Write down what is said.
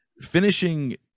finishing